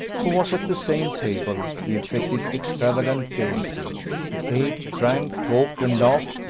who was at the same table, he affected extravagant gaiety he ate, drank, talked, and laughed,